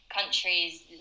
countries